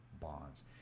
bonds